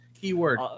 Keyword